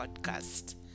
podcast